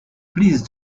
please